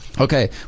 Okay